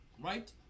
right